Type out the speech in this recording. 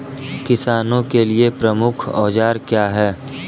किसानों के लिए प्रमुख औजार क्या हैं?